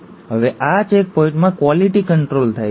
હવે આ ચેકપોઈન્ટમાં ક્વોલિટી કંટ્રોલ થાય છે